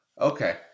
Okay